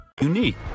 ...unique